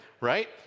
right